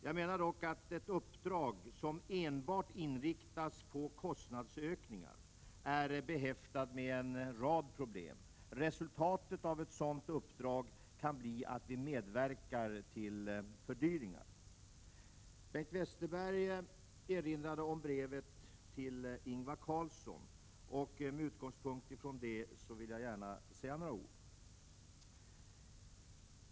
Jag menar dock att ett uppdrag som enbart inriktas på kostnadsökningar är behäftat med en rad problem. Resultatet av ett sådant uppdrag kan bli att vi medverkar till fördyringar. Bengt Westerberg erinrade om brevet till Ingvar Carlsson. Med utgångspunkt i detta vill jag säga några ord.